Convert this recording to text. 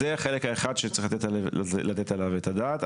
זה חלק אחד שצריך לתת עליו את הדעת.